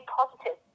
positive